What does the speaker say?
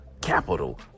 capital